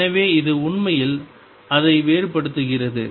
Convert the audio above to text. எனவே அது உண்மையில் அதை வேறுபடுத்துகிறது